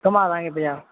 ਘੁੰਮਾ ਦੇਵਾਂਗੇ ਪੰਜਾਬ